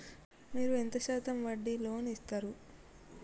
మీరు ఎంత శాతం వడ్డీ లోన్ ఇత్తరు?